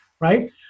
Right